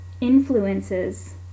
influences